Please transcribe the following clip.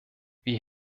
wie